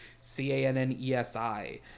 C-A-N-N-E-S-I